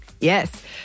Yes